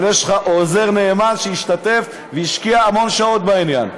אבל יש לך עוזר נאמן שהשתתף והשקיע המון שעות בעניין,